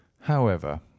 However